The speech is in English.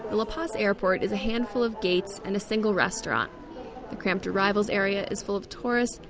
la paz airport is a handful of gates and a single restaurant. the cramped arrivals area is full of tourists,